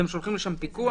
אתם שולחים לשם פיקוח?